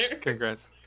Congrats